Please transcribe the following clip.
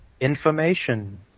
Information